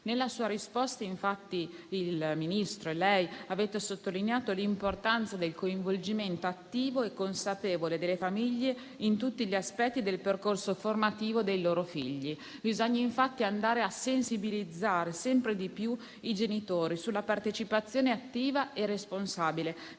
Nella sua risposta, infatti, il Ministro e lei avete sottolineato l'importanza del coinvolgimento attivo e consapevole delle famiglie in tutti gli aspetti del percorso formativo dei loro figli. Bisogna andare a sensibilizzare sempre di più i genitori sulla partecipazione attiva e responsabile